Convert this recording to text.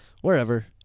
wherever